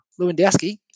Lewandowski